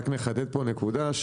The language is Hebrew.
רק נחדד פה נקודה,